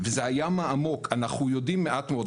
וזה הים העמוק, אנחנו יודעים מעט מאוד.